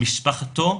משפחתו,